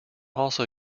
also